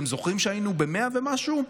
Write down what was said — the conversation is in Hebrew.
אתם זוכרים שהיינו ב-100 ומשהו?